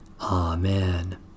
Amen